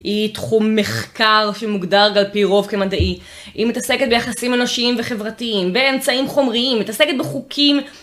היא תחום מחקר שמוגדר על פי רוב כמדעי היא מתעסקת ביחסים אנושיים וחברתיים באמצעים חומריים מתעסקת בחוקים